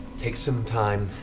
take some time,